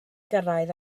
gyrraedd